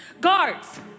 Guards